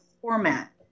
format